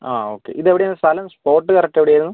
ആ ഓക്കെ ഇത് എവിടെയാണ് സ്ഥലം സ്പോട്ട് കറക്റ്റ് ഇവിടെയായിരുന്നു